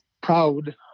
proud